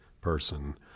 person